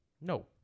No